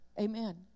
Amen